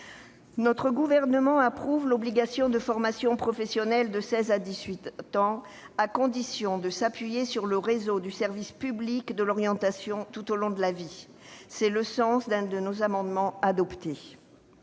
Notre groupe approuve l'obligation de formation professionnelle de 16 à 18 ans, à condition de s'appuyer sur le réseau du service public de l'orientation tout au long de la vie. Tel est le sens de l'un de nos amendements qui